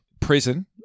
prison